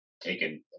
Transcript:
taken